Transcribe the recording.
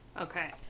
Okay